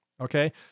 Okay